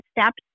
steps